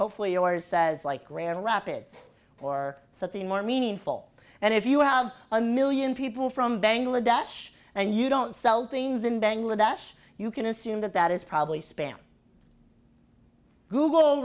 hopefully yours says like grand rapids or something more meaningful and if you have a million people from bangladesh and you don't sell things in bangladesh you can assume that that is probably spam google